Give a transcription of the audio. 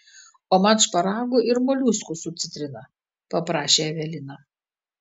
o man šparagų ir moliuskų su citrina paprašė evelina